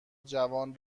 جوان